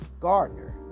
Gardner